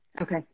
Okay